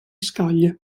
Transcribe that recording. scaglie